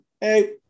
hey